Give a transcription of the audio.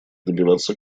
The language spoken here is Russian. добиваться